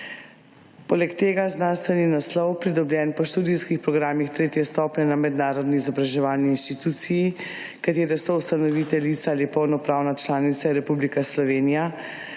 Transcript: Poleg tega znanstveni naslov pridobljen po študijskih programih tretje stopnje na mednarodni izobraževalni inštituciji, katere soustanoviteljica ali polnopravna članica je Republika Slovenija